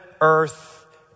earth